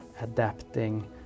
adapting